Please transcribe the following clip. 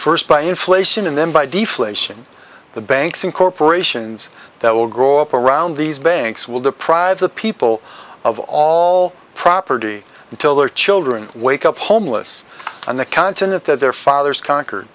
first by inflation and then by deflation the banks and corporations that will grow up around these banks will deprive the people of all property until their children wake up homeless on the continent that their fathers conquered